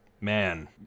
man